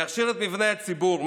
להשאיר את מבני הציבור,